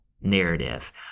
narrative